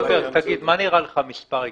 דולברג, תגיד, מה נראה לך מספר הגיוני?